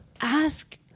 ask